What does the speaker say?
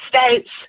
States